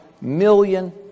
million